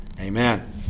Amen